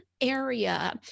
area